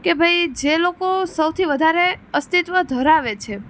કે ભાઈ જે લોકો સૌથી વધારે અસ્તિત્વ ધરાવે છે